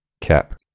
Cap